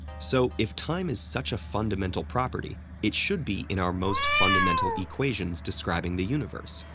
so if time is such a fundamental property, it should be in our most fundamental equations describing the universe,